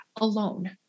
alone